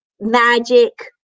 magic